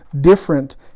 different